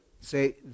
say